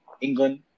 England